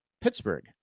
Pittsburgh